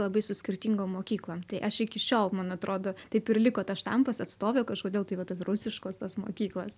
labai su skirtingom mokyklom tai aš iki šiol man atrodo taip ir liko tas štampas atstovė kažkodėl tai va tos rusiškos tos mokyklos